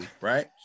right